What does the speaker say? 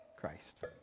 Christ